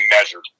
measured